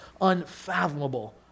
unfathomable